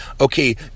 okay